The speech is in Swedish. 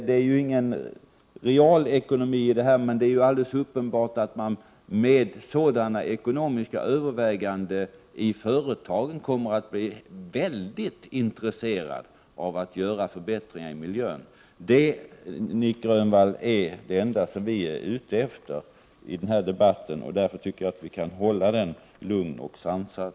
Det är ju ingen real ekonomi i detta, men det är alldeles uppenbart att företagen med sådana ekonomiska överväganden kommer att bli mycket intresserade av att göra förbättringar för miljön. Detta, Nic Grönvall, är det enda som vi är ute efter i den här debatten, och jag tycker därför att vi kan hålla den lugn och sansad.